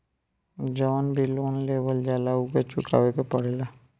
जवन भी लोन लेवल जाला उके चुकावे के पड़ेला